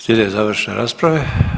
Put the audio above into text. Slijede završne rasprave.